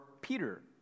Peter